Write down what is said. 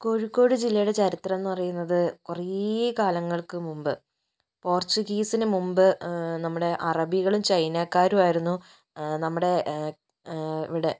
കോഴിക്കോട് ജില്ലയുടെ ചരിത്രം എന്നു പറയുന്നത് കുറേ കാലങ്ങൾക്ക് മുമ്പ് പോർച്ചുഗീസിന് മുമ്പ് നമ്മുടെ അറബികളും ചൈനക്കാരുമായിരുന്നു നമ്മുടെ ഇവിടെ